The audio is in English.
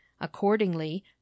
Accordingly